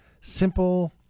simple